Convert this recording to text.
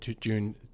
June